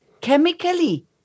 chemically